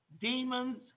demons